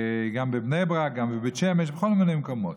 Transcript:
גם בבני ברק, גם בבית שמש, בכל מיני מקומות.